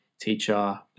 teacher